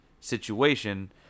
situation